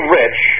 rich